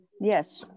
Yes